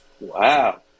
Wow